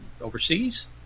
overseas